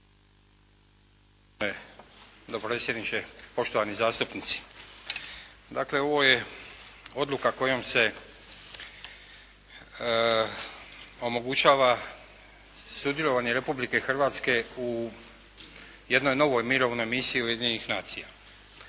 dopredsjedniče, poštovani zastupnici. Dakle, ovo je odluka kojom se omogućava sudjelovanje Republike Hrvatske u jednoj novoj mirovnoj misiji Ujedinjenih nacija.